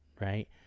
right